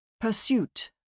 Pursuit